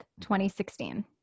2016